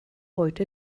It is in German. heute